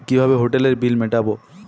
কিভাবে হোটেলের বিল মিটাব?